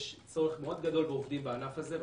יש צורך מאוד גדול בעובדים בענף הזה,